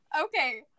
Okay